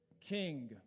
King